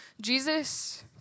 Jesus